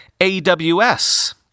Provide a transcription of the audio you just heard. AWS